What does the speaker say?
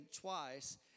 twice